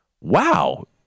wow